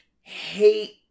hate